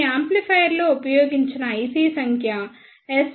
ఈ యాంప్లిఫైయర్లో ఉపయోగించిన IC సంఖ్య SPB2026Z